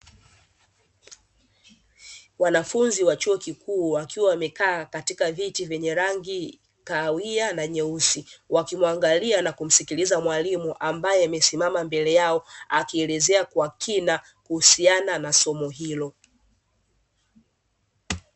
Wanafunzi wa chuo kikuu wakiwa wamekaa katika viti vyenye rangi kahawia na nyeusi, wakimwangalia na kumsikiliza mwalimu ambae amesimama mbele yao, akielezea kwa kina kuhusiana na somo hilo.